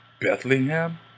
Bethlehem